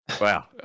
wow